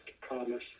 promise